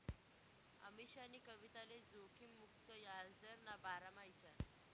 अमीशानी कविताले जोखिम मुक्त याजदरना बारामा ईचारं